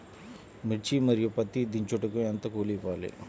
మిర్చి మరియు పత్తి దించుటకు ఎంత కూలి ఇవ్వాలి?